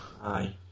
Aye